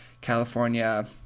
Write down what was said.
California